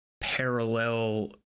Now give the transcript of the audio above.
parallel